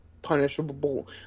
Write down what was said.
punishable